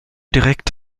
direkt